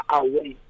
away